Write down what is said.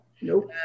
nope